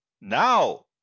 Now